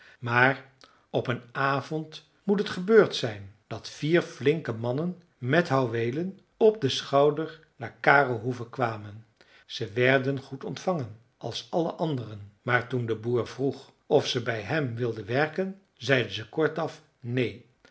maar op een avond moet het gebeurd zijn dat vier flinke mannen met houweelen op den schouder naar kare hoeve kwamen ze werden goed ontvangen als alle andere maar toen de boer vroeg of ze bij hem wilden werken zeiden ze kortaf neen